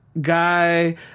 Guy